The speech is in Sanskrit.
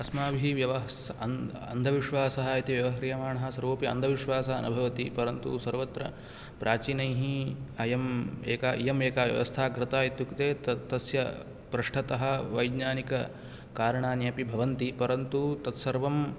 अस्माभिः व्यवस् अन्ध अन्धविश्वासः इति व्यवह्रियमाणः सर्वोपि अन्धविश्वासः न भवति परन्तु सर्वत्र प्राचीनैः इयम् एका इयम् एका व्यवस्था कृता इत्युक्ते तस्य पृष्ठतः वैज्ञानिककारणानि अपि भवन्ति परन्तु तत्सर्वं